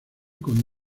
con